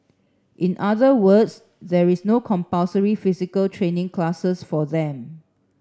in other words there is no compulsory physical training classes for them